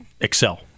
excel